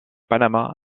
panamá